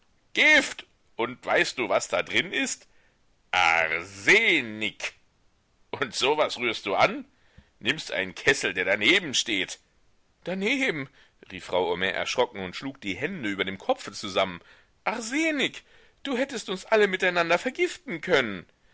gift und weißt du was da drin ist ar se nik und so was rührst du an nimmst einen kessel der daneben steht daneben rief frau homais erschrocken und schlug die hände über dem kopfe zusammen arsenik du hättest uns alle miteinander vergiften können